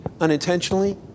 unintentionally